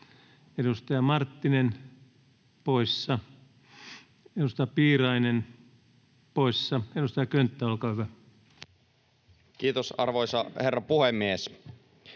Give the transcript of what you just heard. edustaja Marttinen poissa, edustaja Piirainen poissa. — Edustaja Könttä, olkaa hyvä. [Speech 716] Speaker: